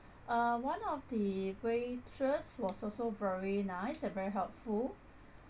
uh one of the waitress was also very nice and very helpful